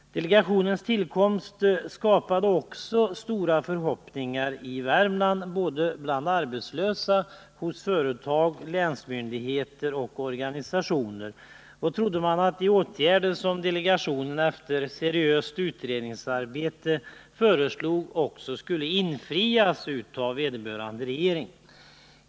Delegationens tillkomst skapade också stora förhoppningar i länet, både bland arbetslösa och hos företag, länsmyndigheter och organisationer. Man trodde att de åtgärder som delegationen efter ett seriöst utredningsarbete föreslog också skulle komma att vidtas av vederbörande regering.